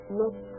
look